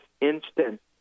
instant